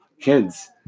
kids